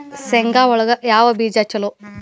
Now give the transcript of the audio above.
ಶೇಂಗಾ ಒಳಗ ಯಾವ ಬೇಜ ಛಲೋ?